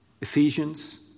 Ephesians